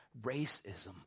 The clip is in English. Racism